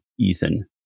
Ethan